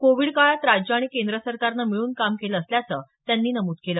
Covid काळात राज्य आणि केंद्र सरकारनं मिळून काम केलं असल्याचं त्यांनी नमूद केलं